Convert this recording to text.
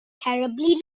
terribly